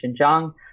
Xinjiang